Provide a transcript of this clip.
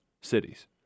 cities